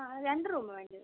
ആ രണ്ട് റൂമാണ് വേണ്ടിയത്